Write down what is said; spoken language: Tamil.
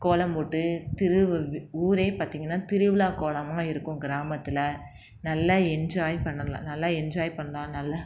கோலம் போட்டு திரு ஊர் பார்த்திங்கன்னா திருவிழா கோலமாக இருக்கும் கிராமத்தில் நல்லா என்ஜாய் பண்ணலாம் நல்லா என்ஜாய் பண்ணலாம் நல்லா